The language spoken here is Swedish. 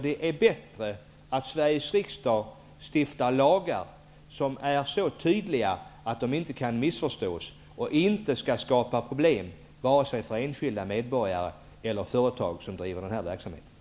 Det vore bättre om Sveriges riksdag stiftade lagar som är så tydliga att de inte kan missförstås och inte kan skapa problem för enskilda medborgare och företag som driver den här typen av verksamhet.